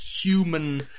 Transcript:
human